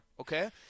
okay